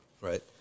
Right